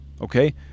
Okay